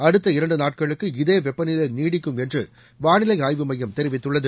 அடுத்த இரண்டு நாட்களுக்கு இதே வெப்பநிலை நீடிக்கும் என்று வானிலை ஆய்வு மையம் தெரிவித்துள்ளது